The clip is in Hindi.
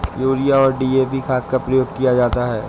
यूरिया और डी.ए.पी खाद का प्रयोग किया जाता है